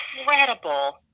incredible